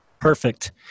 Perfect